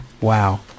Wow